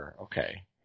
Okay